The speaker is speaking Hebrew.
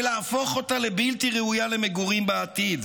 להפוך אותה לבלתי ראויה למגורים בעתיד,